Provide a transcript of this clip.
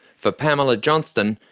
for pamela johnston,